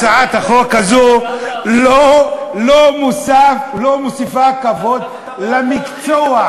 הצעת החוק הזו לא מוסיפה כבוד למקצוע.